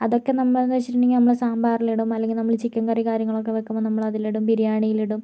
അതൊക്കെ നമ്മൾ എന്ന് വെച്ചിട്ടുണ്ടെങ്കില് നമ്മള് സാമ്പാറിലിടും അല്ലെങ്കിൽ നമ്മള് ചിക്കൻ കറി കാര്യങ്ങളൊക്കെ വെയ്ക്കുമ്പോൾ നമ്മളതിലിടും ബിരിയാണിയിലിടും